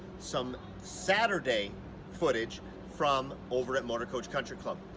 some saturday footage from over at motorcoach country club.